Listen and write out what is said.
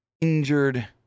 injured